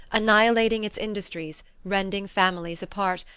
annihilating its industries, rending families apart,